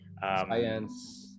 science